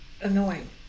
annoying